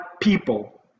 people